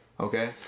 Okay